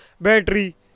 battery